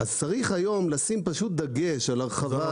אז צריך היום לשים דגש על הרחבת --- אנחנו